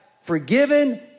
forgiven